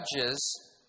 judges